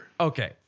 Okay